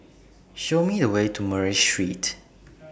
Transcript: Show Me The Way to Murray Street